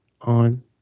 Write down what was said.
on